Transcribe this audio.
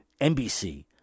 NBC